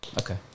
Okay